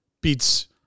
beats